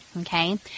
Okay